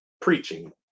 preaching